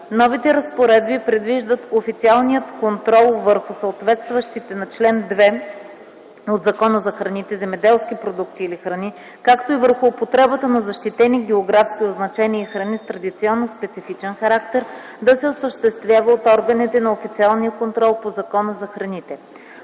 Новите разпоредби предвиждат официалният контрол върху съответстващите на чл. 2 от Закона за храните, земеделски продукти или храни, както и върху употребата на защитени географски означения и храни с традиционно специфичен характер да се осъществява от органите на официалния контрол по Закона за храните.